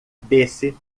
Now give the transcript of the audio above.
desse